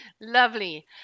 Lovely